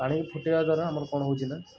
ପାଣିକୁ ଫୁଟେଇବା ଦ୍ଵାରା ଆମର କ'ଣ ହେଉଛିନା